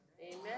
Amen